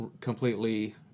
completely